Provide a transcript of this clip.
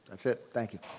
that's it, thank you.